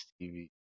TV